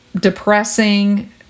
depressing